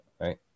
right